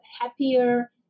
happier